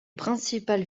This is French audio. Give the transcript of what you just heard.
principales